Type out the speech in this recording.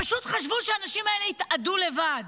פשוט חשבו שהאנשים האלה יתאדו לבד.